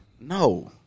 No